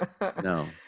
no